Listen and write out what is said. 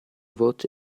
voce